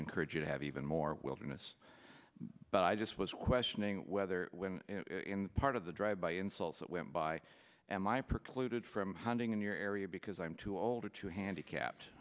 encourage you to have even more wilderness but i just was questioning whether in part of the drive by insult that went by and my precluded from hunting in your area because i'm too old or too handicapped